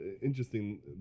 interesting